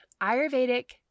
Ayurvedic